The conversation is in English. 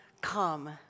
come